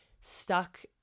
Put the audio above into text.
stuck